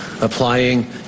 applying